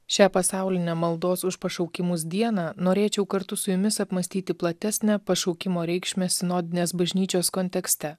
šią pasaulinę maldos už pašaukimus dieną norėčiau kartu su jumis apmąstyti platesnę pašaukimo reikšmę sinodinės bažnyčios kontekste